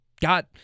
got